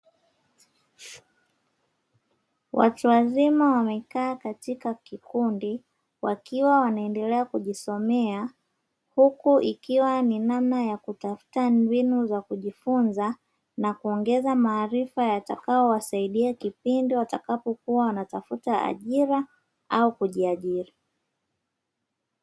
Watu wazima wamekaa katika kikundi wakiwa wanaendelea kujisomea huku ikiwa ni namna ya kutafuta mbinu za kujifunza na kuongeza maarifa yatakayo wasaidia kipindi watakapokuwa wanatafuta ajira au kujiajiri.